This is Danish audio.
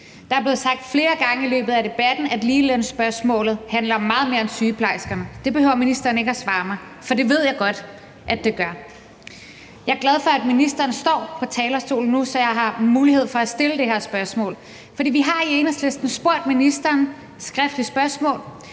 Det er blevet sagt flere gange i løbet af debatten, at ligelønsspørgsmålet handler om meget mere end sygeplejerskerne. Det behøver ministeren ikke at svare mig på, for det ved jeg godt at det gør. Jeg er glad for, at ministeren står på talerstolen nu, så jeg har mulighed for at stille spørgsmål til ham. Vi har i Enhedslisten stillet skriftlige spørgsmål